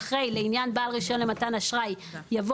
אחרי "לעניין בעל רישיון למתן אשראי" יבוא